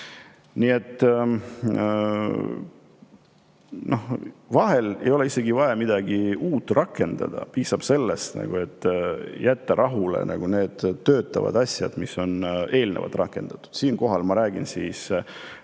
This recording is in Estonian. Vahel ei ole isegi vaja midagi uut rakendada, piisab sellest, et jätta rahule need töötavad asjad, mis on eelnevalt rakendatud. Siinkohal ma räägin